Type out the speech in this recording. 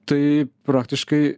tai praktiškai